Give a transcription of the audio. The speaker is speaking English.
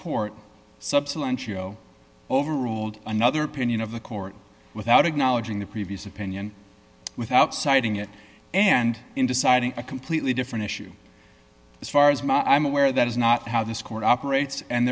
court subsequent yo overruled another opinion of the court without acknowledging the previous opinion without citing it and in deciding a completely different issue as far as i'm aware that is not how this court operates and